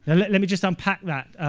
ah let let me just unpack that.